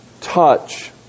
touch